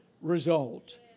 result